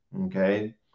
Okay